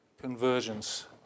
convergence